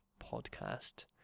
podcast